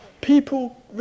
people